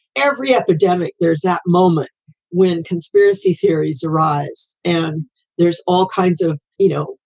every epidemic. there's that moment when conspiracy theories arise and there's all kinds of, you know,